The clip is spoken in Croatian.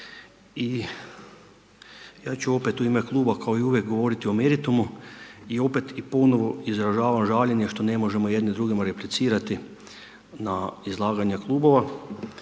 i ja ću opet u ime kluba kao i uvijek govoriti o meritumu i opet i ponovo izražava žaljenje što ne možemo jedni drugima replicirati na izlaganje klubova